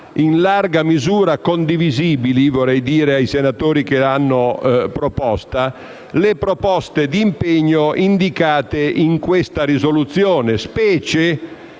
in larga misura condivisibili - lo dico ai senatori che l'hanno proposta - le proposte di impegno indicate in questa risoluzione, specie